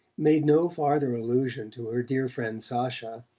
made no farther allusion to her dear friend sacha,